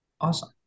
Awesome